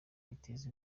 biteza